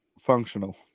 functional